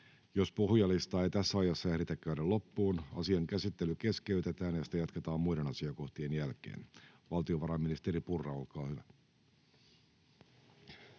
Jos puhujalistaa ei tässä ajassa ehditä käydä loppuun, asian käsittely keskeytetään ja sitä jatketaan muiden asiakohtien jälkeen. — Ministeri Purra, olkaa hyvä.